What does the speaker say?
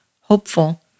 hopeful